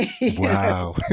Wow